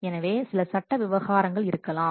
எனவே சில சட்ட விவகாரங்கள் இருக்கலாம்